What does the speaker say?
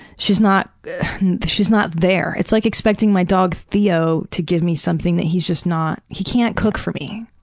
she's not she's not there. it's like expecting my dog theo to give me something that he's just not he can't cook for me.